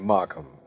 Markham